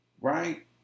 Right